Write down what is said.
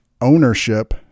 ownership